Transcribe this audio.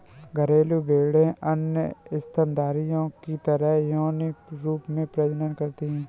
घरेलू भेड़ें अन्य स्तनधारियों की तरह यौन रूप से प्रजनन करती हैं